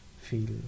feel